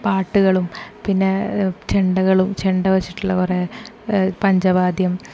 പാട്ടുകളും പിന്നെ ചെണ്ടകളും ചെണ്ട വെച്ചിട്ടുള്ള കുറേ പഞ്ചവാദ്യം